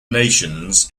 nations